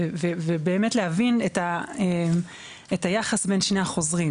ולהבין את היחס בין שני החוזרים.